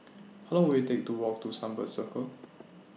How Long Will IT Take to Walk to Sunbird Circle